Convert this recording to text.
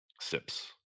Sips